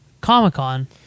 Comic-Con